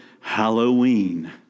Halloween